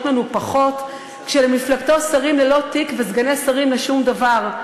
מנופחות כשלמפלגתו שרים ללא תיק וסגני שרים לשום דבר,